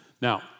Now